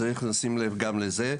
צריך לשים לב גם לזה.